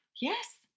Yes